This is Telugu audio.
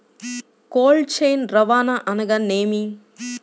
కోల్డ్ చైన్ రవాణా అనగా నేమి?